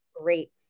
great